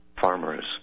farmers